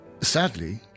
Sadly